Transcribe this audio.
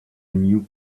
new